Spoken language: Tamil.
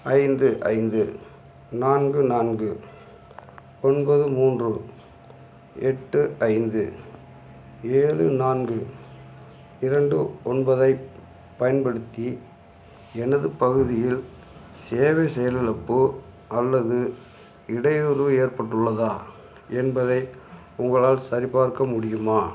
ஐந்து ஐந்து நான்கு நான்கு ஒன்பது மூன்று எட்டு ஐந்து ஏழு நான்கு இரண்டு ஒன்பதைப் பயன்படுத்தி எனது பகுதியில் சேவை செயலிழப்பு அல்லது இடையூறு ஏற்பட்டுள்ளதா என்பதை உங்களால் சரிபார்க்க முடியுமா